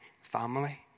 family